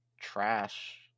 trash